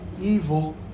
evil